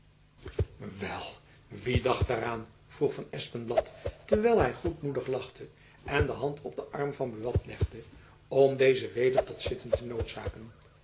wel wie dacht daaraan vroeg van espenblad terwijl hy goedmoedig lachte en de hand op den arm van buat legde om dezen weder tot zitten te